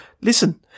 listen